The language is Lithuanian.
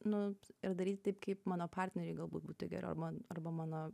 nu ir daryti taip kaip mano partneriui galbūt būtų geriau ar man arba mano